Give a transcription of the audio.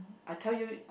I tell you